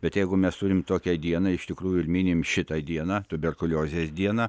bet jeigu mes turim tokią dieną iš tikrųjų ir minim šitą dieną tuberkuliozės dieną